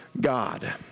God